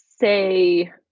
say